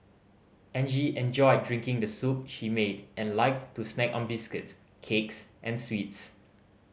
Angie enjoyed drinking the soup she made and liked to snack on biscuits cakes and sweets